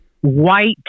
white